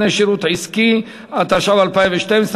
התשע"ב 2011,